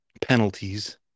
penalties